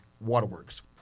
waterworks